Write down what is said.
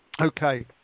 Okay